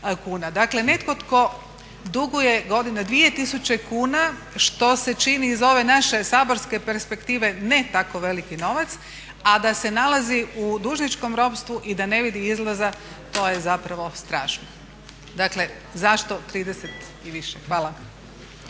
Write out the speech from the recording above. Dakle netko tko duguje govorim o 2000 kuna što se čini iz ove naše saborske perspektive ne tako veliki novac a da se nalazi u dužničkom ropstvu i da ne vidi izlaza to je zapravo strašno. Dakle zašto 30 i više. Hvala.